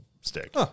stick